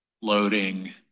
loading